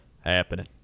happening